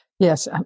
Yes